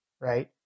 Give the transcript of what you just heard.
right